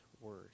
Word